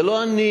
זה לא אני.